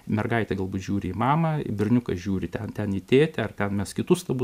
mergaitė galbūt žiūri į mamą berniukas žiūri ten ten į tėtę ar tes mes kitus stabus